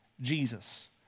Jesus